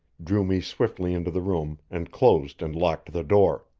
drew me swiftly into the room and closed and locked the door.